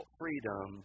freedom